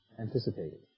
anticipated